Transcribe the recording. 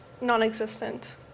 Non-existent